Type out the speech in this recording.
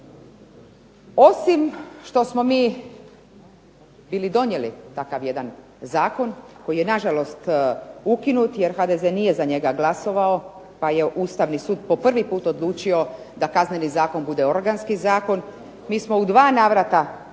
Osim što smo mi bili donijeli takav jedan zakon koji je nažalost ukinut je HDZ nije za njega glasovao pa je Ustavni sud po prvi put odlučio da Kazneni zakon bude organski zakon, mi smo u 2 navrata